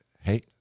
hey